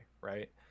right